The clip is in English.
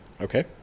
Okay